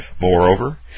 Moreover